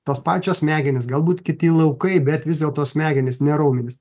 tos pačios smegenys galbūt kiti laukai bet vis dėlto smegenys ne raumenys